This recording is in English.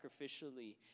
sacrificially